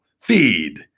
Feed